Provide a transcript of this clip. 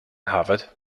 harvard